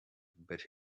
but